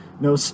no